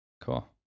Cool